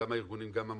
גם הארגונים וגם המעונות,